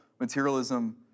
materialism